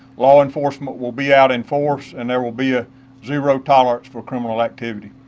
law enforcement will be out in force and there will be a zero tolerance for criminal activity.